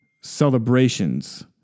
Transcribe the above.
celebrations